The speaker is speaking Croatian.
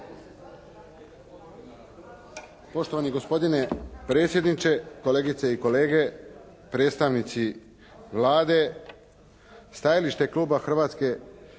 Poštovani gospodine predsjedniče, kolegice i kolege, predstavnici Vlade. Stajalište je kluba Hrvatske